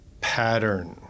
Pattern